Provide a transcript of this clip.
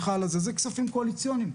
זה כספים קואליציוניים.